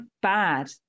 Bad